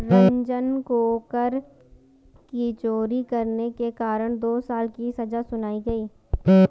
रंजन को कर की चोरी करने के कारण दो साल की सजा सुनाई गई